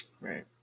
Right